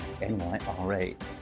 NYRA